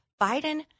Biden